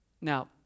now